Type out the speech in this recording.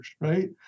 Right